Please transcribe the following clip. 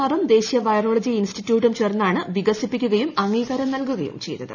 ആറും ദേശീയ വൈറോളജി ഇൻസ്റ്റിറ്റ്യൂട്ടും ചേർന്നാണ് വികസിപ്പിക്കുകയും അംഗീകാരം നൽകുകയും ചെയ്തത്